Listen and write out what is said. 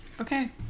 Okay